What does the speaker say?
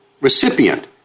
recipient